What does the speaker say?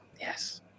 yes